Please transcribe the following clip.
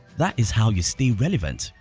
that is how you stay relevant,